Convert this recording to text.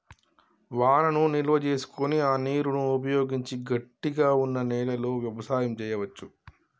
వానను నిల్వ చేసుకొని ఆ నీరును ఉపయోగించి గట్టిగ వున్నా నెలలో వ్యవసాయం చెయ్యవచు